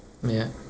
ya